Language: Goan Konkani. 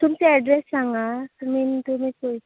तुमचें एड्रेस सांगा मीन तुमी खंय